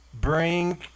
bring